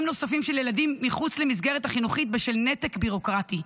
נוספים של ילדים מחוץ למסגרת החינוכית בשל נתק ביורוקרטי.